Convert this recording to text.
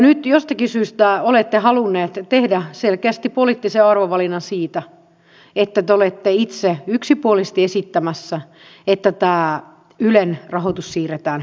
nyt jostakin syystä olette halunneet tehdä selkeästi poliittisen arvovalinnan siinä että te olette itse yksipuolisesti esittämässä että tämä ylen rahoitus siirretään kehyksen sisään